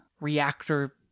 reactor